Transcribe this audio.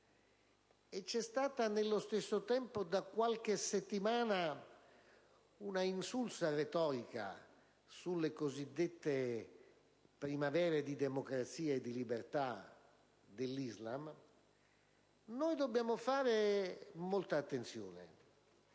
e c'è stata nello stesso tempo, da qualche settimana, una insulsa retorica sulle cosiddette primavere di democrazia e di libertà dell'Islam, dobbiamo fare molta attenzione.